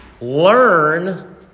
learn